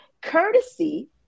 courtesy